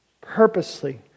Purposely